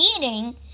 eating